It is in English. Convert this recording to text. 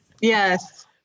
Yes